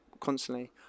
constantly